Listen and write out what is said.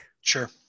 Sure